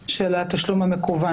לחקיקה של צמצום השימוש במזומן.